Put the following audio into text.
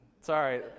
Sorry